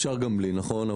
אפשר גם בלי, נכון.